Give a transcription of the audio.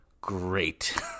great